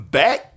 back